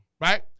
right